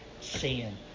sin